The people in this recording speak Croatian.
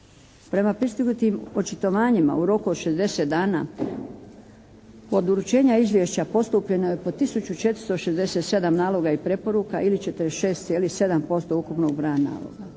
Prema pristignutim očitovanjima u roku od 60 dana od uručenja izvješća postupljeno je po 1467 naloga i preporuka ili 46,7% ukupnog broja naloga.